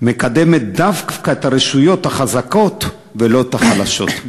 מקדמת דווקא את הרשויות החזקות ולא את החלשות?